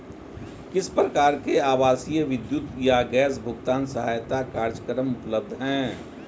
किस प्रकार के आवासीय विद्युत या गैस भुगतान सहायता कार्यक्रम उपलब्ध हैं?